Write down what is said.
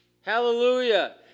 Hallelujah